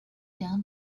down